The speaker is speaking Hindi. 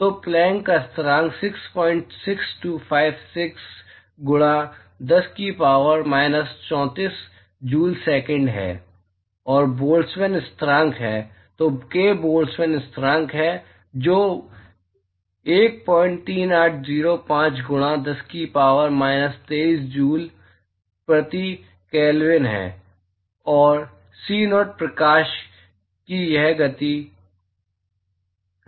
तो प्लैंक का स्थिरांक 66256 गुणा 10 शक्ति माइनस 34 जूल सेकेंड है और बोल्ट्जमान स्थिरांक है तो k बोल्ट्जमान स्थिरांक है जो 13805 गुणा 10 शक्ति माइनस 23 जूल प्रति केल्विन है और c0 प्रकाश की यह गति है